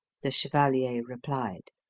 the chevalier replied.